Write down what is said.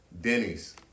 Denny's